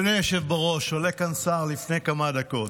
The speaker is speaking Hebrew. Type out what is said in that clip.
אדוני היושב-ראש, עולה לכאן שר לפני כמה דקות